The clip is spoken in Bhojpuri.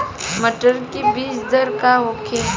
मटर के बीज दर का होखे?